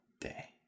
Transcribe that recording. day